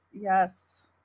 Yes